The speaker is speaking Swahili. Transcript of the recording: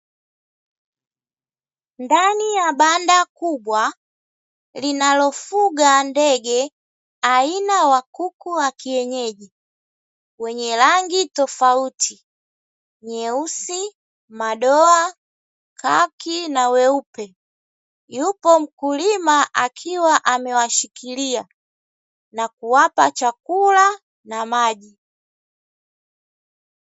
Ndani ya banda kubwa, linalofuga ndege aina wa kuku wa kienyeji; wenye rangi tofauti: nyeusi, madoa, khaki na weupe. Yupo mkulima akiwa amewashikilia na kuwapa chakula na maji.